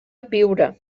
biure